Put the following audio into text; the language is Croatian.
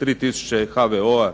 3 tisuće HVO-a,